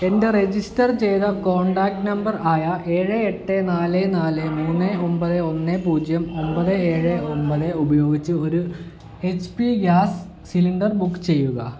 എൻ്റെ രജിസ്റ്റർ ചെയ്ത contact number ആയ ഏഴ് എട്ട് നാല് നാല് മൂന്ന് ഒമ്പത് ഒന്ന് പൂജ്യം ഒമ്പത് ഏഴ് ഒമ്പത് ഉപയോഗിച്ച് ഒരു H P gas cylinder book ചെയ്യുക